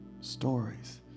stories